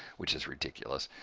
which is ridiculous.